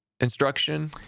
instruction